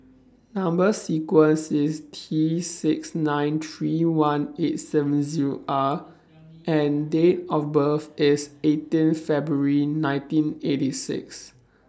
Number sequence IS T six nine three one eight seven Zero R and Date of birth IS eighteen February nineteen eighty six